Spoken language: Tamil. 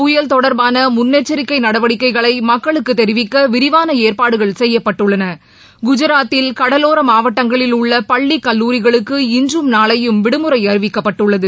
புயல் தொடர்பான முன்னெச்சரிக்கை நடவடிக்கைகளை மக்களுக்கு தெரிவிக்க விரிவான ஏற்பாடுகள் செய்யப்பட்டுள்ளன குஜராத்தில் கடலோரா மாவட்டங்களில் உள்ள பள்ளி கல்லூரிகளுக்கு இன்றும் நாளையும் விடுமுறை அறிவிக்கப்பட்டுள்ளது